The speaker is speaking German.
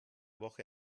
woche